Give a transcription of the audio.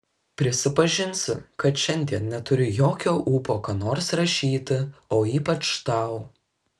prisipažinsiu kad šiandien neturiu jokio ūpo ką nors rašyti o ypač tau